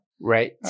right